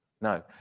No